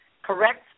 correct